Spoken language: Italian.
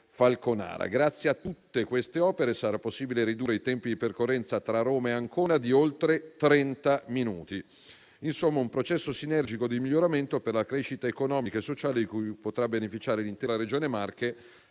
Orte-Falconara. Grazie a tutte queste opere sarà possibile ridurre i tempi di percorrenza tra Roma e Ancona di oltre trenta minuti. Insomma, un processo sinergico di miglioramento per la crescita economica e sociale di cui potrà beneficiare l'intera Regione Marche.